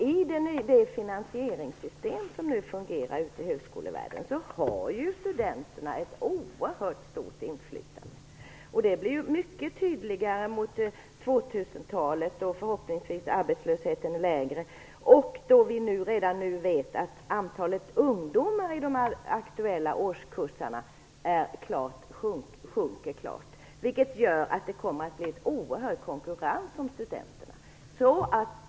I det finansieringssystem som nu fungerar inom högskolevärlden har studenterna ett oerhört stort inflytande. Det blir mycket tydligare mot 2000-talet, då arbetslösheten förhoppningsvis är lägre. Vi vet redan nu att antalet ungdomar i de aktuella årskurserna sjunker kraftigt, vilket gör att det kommer att bli oerhörd konkurrens om studenterna.